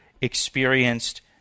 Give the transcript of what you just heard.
experienced